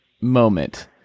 moment